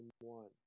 one